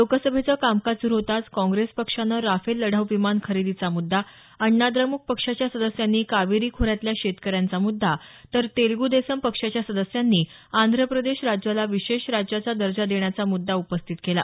लोकसभेचं कामकाज सुरू होताच काँग्रेस पक्षानं राफेल लढाऊ विमान खरेदीचा मुद्दा अण्णाद्रमुक पक्षाच्या सदस्यांनी कावेरी खोऱ्यातल्या शेतकऱ्यांचा मुद्दा तर तेलगु देसम पक्षाच्या सदस्यांनी आंध्र प्रदेश राज्याला विशेष राज्याचा दर्जा देण्याचा मुद्दा उपस्थित केला